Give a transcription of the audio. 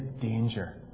danger